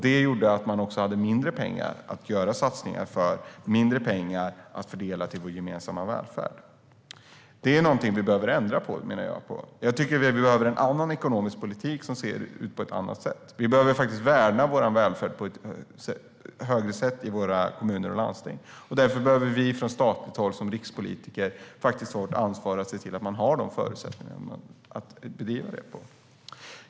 Det gjorde att man hade mindre pengar att använda för satsningar, mindre pengar att fördela till vår gemensamma välfärd. Det är någonting som vi behöver ändra på. Vi behöver en annan ekonomisk politik som ser ut på ett annat sätt. Vi behöver värna vår välfärd mer i kommuner och landsting. Därför behöver vi från statligt håll som rikspolitiker ta vårt ansvar att se till att kommunerna har förutsättningar att bedriva välfärden.